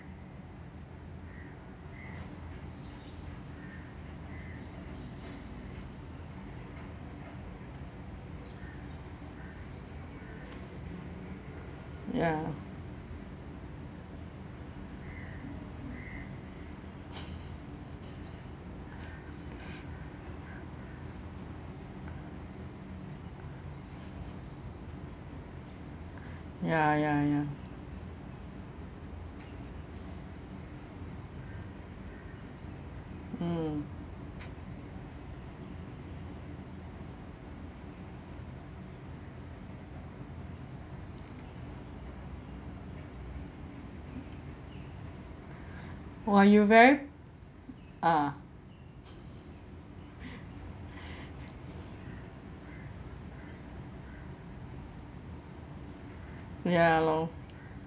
ya ya ya ya mm !wah! you very ah ya lor